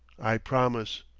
i promise.